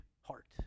heart